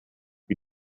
wie